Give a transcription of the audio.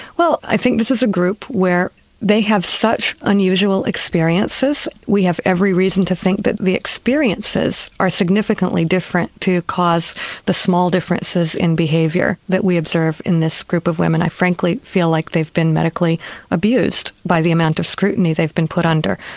well i think this is a group where they have such unusual experiences we have every reason to think that the experiences are significantly different to cause the small differences in behaviour that we observe in this group of women. i frankly feel like they've been medically abused by the amount of scrutiny they've been put under.